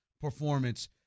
performance